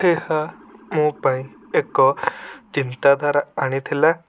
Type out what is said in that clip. ଏହା ମୋ ପାଇଁ ଏକ ଚିନ୍ତାଧାରା ଆଣିଥିଲା